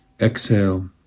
Exhale